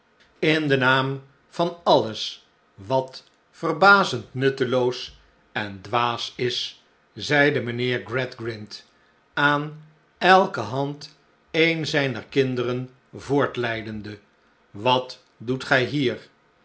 in den naam van alles wat verbazend nutteloos en dwaas is zeide mijnheer gradgrind aan elke hand een zijner kinderen voortleidende wat doet gij hier